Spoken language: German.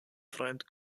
freund